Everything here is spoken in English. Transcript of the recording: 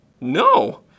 No